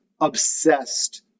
obsessed